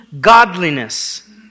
godliness